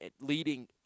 leading